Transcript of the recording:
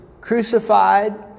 crucified